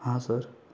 हां सर